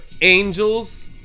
angels